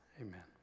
amen